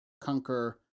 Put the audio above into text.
Conquer